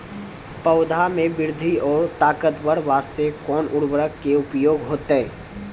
पौधा मे बृद्धि और ताकतवर बास्ते कोन उर्वरक के उपयोग होतै?